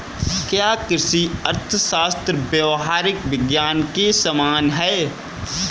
क्या कृषि अर्थशास्त्र व्यावहारिक विज्ञान के समान है?